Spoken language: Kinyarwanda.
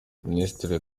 minisitiri